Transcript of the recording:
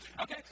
Okay